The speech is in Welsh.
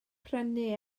prynu